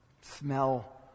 Smell